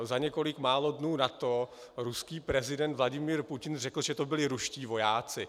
Za několik málo dnů nato ruský prezident Vladimír Putin řekl, že to byli ruští vojáci.